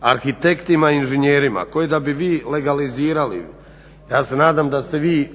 arhitektima i inženjerima koje da bi vi legalizirali, ja se nadam da ste vi